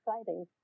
exciting